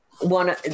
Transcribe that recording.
One